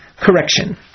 Correction